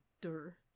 dur